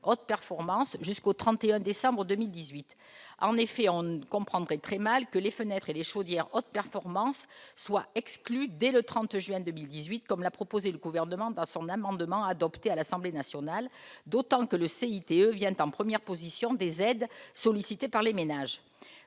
fioul performances jusqu'au 31 décembre 2018, en effet on ne comprendraient très mal que les fenêtre et les chaudières haute performance soit exclu dès le 30 juin 2018, comme l'a proposé le gouvernement dans son amendement, adopté à l'Assemblée nationale, d'autant que le CIT eux viennent en première position des aides sollicitées par les ménages